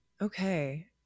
Okay